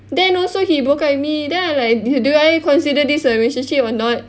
then also he broke up with me then I like d~ do I consider this a relationship or not